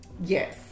yes